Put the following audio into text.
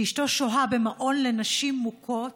שאשתו שוהה במעון לנשים מוכות,